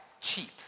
cheap